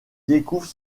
découvre